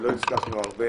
לא הצלחנו הרבה